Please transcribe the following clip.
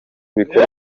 bikorwa